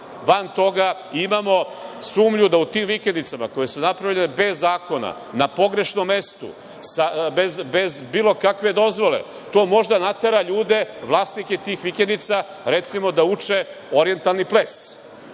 van toga. Imamo sumnju da u tim vikendicama, koje su napravljene bez zakona, na pogrešnom mestu, bez bilo kakve dozvole, to može da natera ljude, vlasnike tih vikendica, recimo da uče orijentalni ples.